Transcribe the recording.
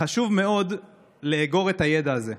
חשוב מאוד לאגור את הידע הזה.